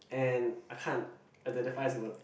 and I can't identified as ma~